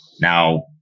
now